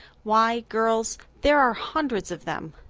why, girls, there are hundreds of them.